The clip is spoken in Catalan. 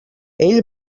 ell